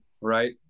right